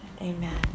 Amen